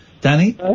Danny